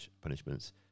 punishments